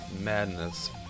madness